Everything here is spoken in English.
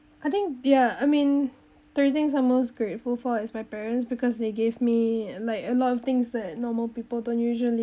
I think ya I mean three things I'm most grateful for is my parents because they gave me like a lot of things that normal people don't usually